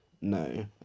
no